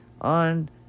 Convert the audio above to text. on